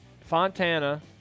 Fontana